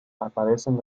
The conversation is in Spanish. aparecen